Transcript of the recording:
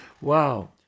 Wow